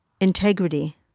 integrity